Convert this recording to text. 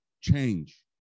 change